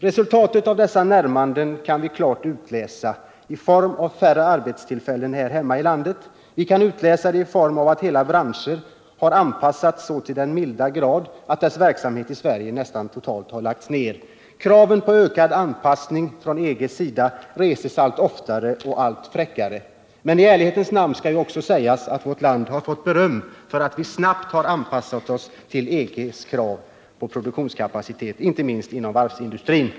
Resultatet av dessa närmanden kan vi klart utläsa i form av färre arbetstillfällen här hemma, vi kan utläsa det i form av att hela branscher har anpassats så till den milda grad att verksamheten i Sverige nästan totalt lagts ner. Kraven på ökad anpassning från EG:s sida reses allt oftare och allt fräckare. Men i ärlighetens namn skall också sägas att vårt land fått beröm för att vi snabbt har anpassat oss till EG:s krav på produktionskapacitet, inte minst inom varvsindustrin.